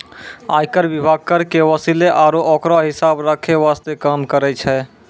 आयकर विभाग कर के वसूले आरू ओकरो हिसाब रख्खै वास्ते काम करै छै